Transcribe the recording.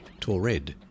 Torred